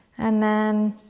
and then,